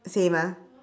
same ah